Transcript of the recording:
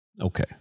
okay